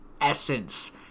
essence